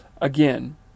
again